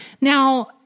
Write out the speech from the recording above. Now